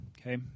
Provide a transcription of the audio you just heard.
okay